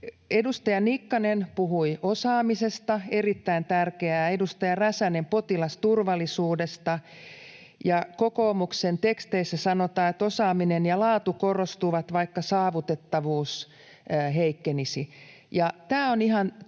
Edustaja Nikkanen puhui osaamisesta — erittäin tärkeää — ja edustaja Räsänen potilasturvallisuudesta. Kokoomuksen teksteissä sanotaan, että osaaminen ja laatu korostuvat, vaikka saavutettavuus heikkenisi, ja tämä on ihan totta.